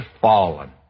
fallen